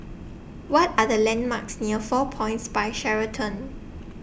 What Are The landmarks near four Points By Sheraton